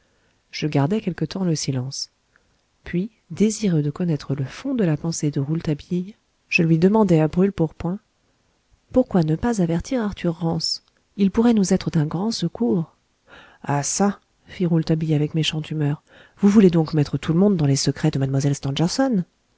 je gardai quelque temps le silence puis désireux de connaître le fond de la pensée de rouletabille je lui demandai à brûle-pourpoint pourquoi ne pas avertir arthur rance il pourrait nous être d'un grand secours ah çà fit rouletabille avec méchante humeur vous voulez donc mettre tout le monde dans les secrets de